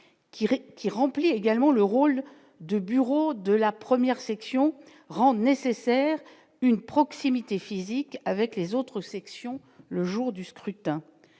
qui remplit également le rôle de bureaux de la 1ère section rend nécessaire une proximité physique avec les autres sections le jour du scrutin,